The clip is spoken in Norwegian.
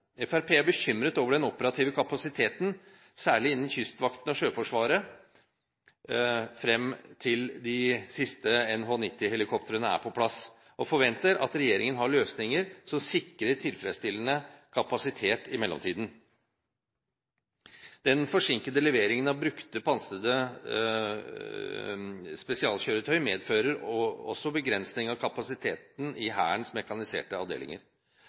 er bekymret over den operative kapasiteten, særlig innen Kystvakten og Sjøforsvaret frem til de siste NH90-helikoptrene er på plass, og forventer at regjeringen har løsninger som sikrer tilfredsstillende kapasitet i mellomtiden. Den forsinkede leveringen av brukte pansrede spesialkjøretøy medfører også begrensninger av kapasiteten i Hærens mekaniserte avdelinger.